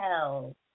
tell